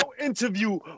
interview